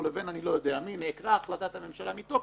בין אני לא יודע מי נעקרה החלטת הממשלה מתוקף,